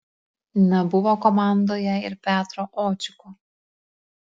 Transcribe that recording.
nebuvo komandoje ir petro očiko